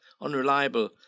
unreliable